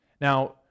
Now